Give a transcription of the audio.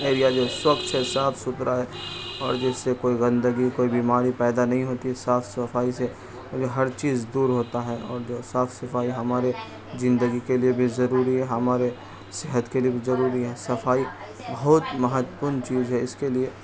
area جو ہے سوکچھ ہے صاف ستھرا ہے اور جیسے کوئی گندگی کوئی بیماری پیدا نہیں ہوتی ہے صاف صفائی سے ہر چیز دور ہوتا ہے اور جو صاف صفائی ہمارے زندگی کے لیے بھی ضروری ہے ہمارے صحت کے لیے بھی ضروری ہے صفائی بہت مہتوپورن چیز ہے اس کے لیے